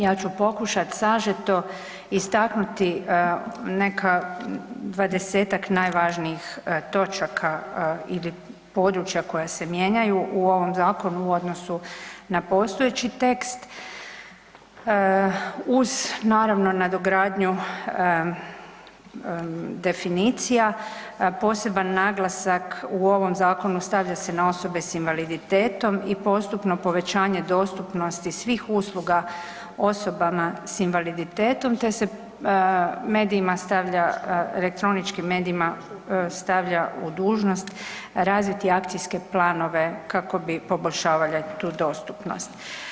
Ja ću pokušati sažeto istaknuti neka, 20-tak najvažnijih točaka ili područja koja se mijenjaju u ovom zakonu u odnosu na postojeći tekst, uz naravno, nadogradnju definicija, poseban naglasak u ovom zakonu, stavlja se na osobe s invaliditetom i postupno povećanje dostupnosti svih usluga osobama s invaliditetom te se medijima stavlja, elektroničkim medijima stavlja u dužnost razviti akcijske planove kako bi poboljšavali tu dostupnost.